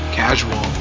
casual